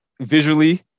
visually